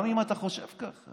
גם אם אתה חושב ככה.